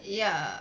ya